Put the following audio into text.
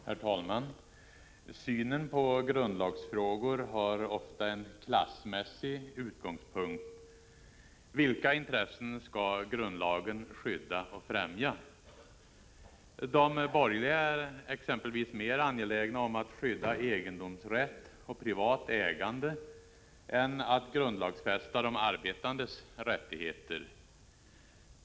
Herr talman! Synen på grundlagsfrågor har ofta en klassmässig utgångspunkt. Vilka intressen skall grundlagen skydda och främja? De borgerliga är exempelvis mer angelägna om att skydda egendomsrätt och privat ägande än att grundlagsfästa de arbetandes rättigheter.